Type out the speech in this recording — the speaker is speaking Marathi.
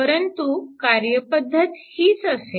परंतु कार्यपद्धत हीच असेल